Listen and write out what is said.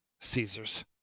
Caesar's